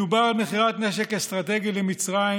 מדובר על מכירת נשק אסטרטגי למצרים,